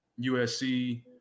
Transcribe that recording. USC